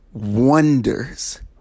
Wonders